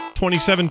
2017